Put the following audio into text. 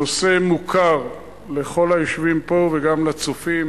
הנושא מוכר לכל היושבים פה, וגם לצופים.